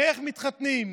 ואיך מתחתנים.